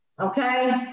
okay